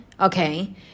Okay